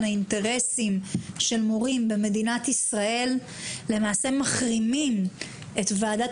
האינטרסים של מורים במדינת ישראל למעשה מחרימים את ועדת